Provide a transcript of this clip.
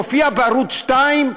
מופיע בערוץ 2,